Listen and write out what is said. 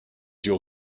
your